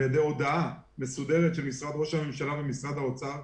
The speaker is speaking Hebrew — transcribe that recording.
בהודעה מסודרת של משרד ראש הממשלה ומשרד האוצר,